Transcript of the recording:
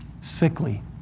sickly